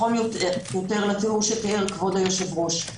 כפי שתיאר כבוד היושב ראש.